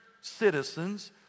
citizens